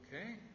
Okay